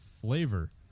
Flavor